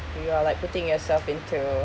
you are like putting yourself into